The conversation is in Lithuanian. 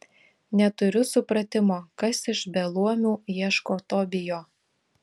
neturiu supratimo kas iš beluomių ieško tobijo